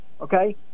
Okay